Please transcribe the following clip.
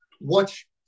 watch